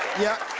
yeah.